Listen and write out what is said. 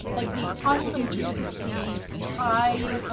like, the unbelievably ty